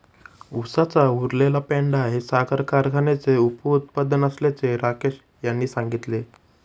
उसाचा उरलेला पेंढा हे साखर कारखान्याचे उपउत्पादन असल्याचे राकेश यांनी सांगितले